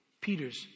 Peter's